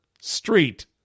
street